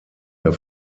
der